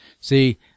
See